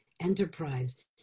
enterprise